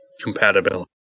compatibility